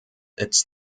its